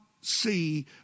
see